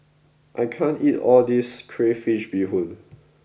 I can't eat all this Crayfish Beehoon